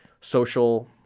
social